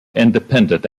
independent